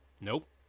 Nope